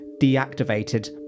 deactivated